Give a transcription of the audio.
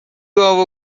گاو